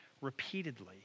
repeatedly